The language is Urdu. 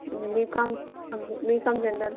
be com B com general